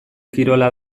kirola